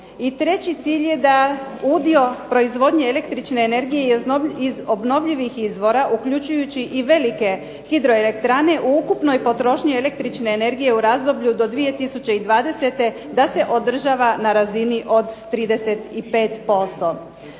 treći cilj je da udio proizvodnje električne energije iz obnovljivih izvora uključujući i velike hidroelektrane u ukupnoj potrošnji električne energije u razdoblju do 2020. da se održava na razini od 35%.